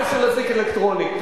אזיק אלקטרוני.